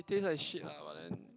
it taste like shit lah but then